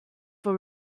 for